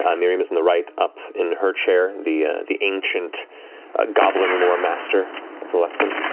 ah mirimm is in the right up in her chair, the the ancient goblin lore master of the luxon.